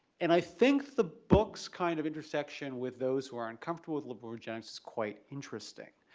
and i think the book's kind of intersection with those who are uncomfortable with liberal eugenics is quite interesting.